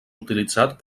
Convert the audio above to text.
utilitzat